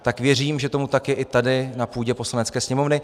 Tak věřím, že tak tomu je i tady na půdě Poslanecké sněmovny.